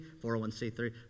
401c3